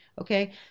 okay